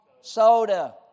soda